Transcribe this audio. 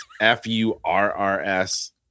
F-U-R-R-S